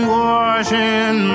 washing